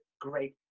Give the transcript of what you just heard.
great